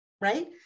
Right